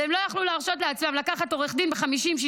והם לא יכלו להרשות לעצמם לקחת עורך דין ב-50,000,